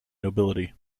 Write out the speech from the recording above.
nobility